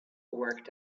worked